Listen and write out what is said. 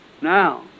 Now